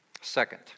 Second